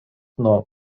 nuo